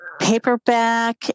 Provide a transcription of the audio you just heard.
paperback